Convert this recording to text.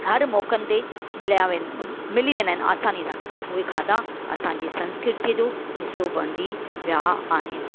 हर मौक़नि ते मिलिया विंदा मिली वेंदा आहिनि आसानी सां उहे खाधा असांजे संस्कृतीअ जो हिसो बणिजी विया आहिनि